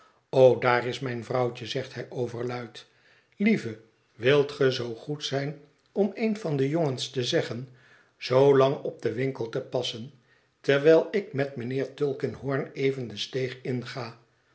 o daar is mijn vrouwtje zegt hij overluid lieve wilt ge zoo goed zijn om een van de jongens te zeggen zoolang op den winkel te passen terwijl ik met mijnheer tulkinghorn even de steeg inga